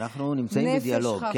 נפש חפצה,